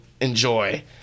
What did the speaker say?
enjoy